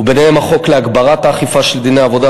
וביניהם החוק להגברת האכיפה של דיני עבודה,